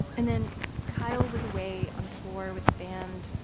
and then kyle was away on tour with his band.